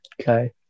Okay